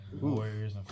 Warriors